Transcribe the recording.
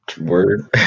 word